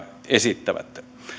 esittävät